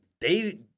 they-